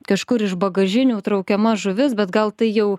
kažkur iš bagažinių traukiama žuvis bet gal tai jau